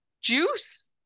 juice